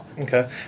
Okay